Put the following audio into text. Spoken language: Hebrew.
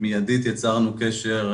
מבחינת מדיניות לאורך עשרות